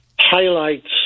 highlights